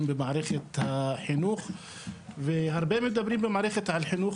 במערכת החינוך והרבה מדברים במערכת החינוך,